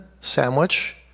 sandwich